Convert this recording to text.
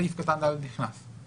סעיף קטן (ד) נכנס.